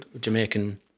Jamaican